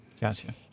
Gotcha